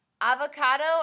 Avocado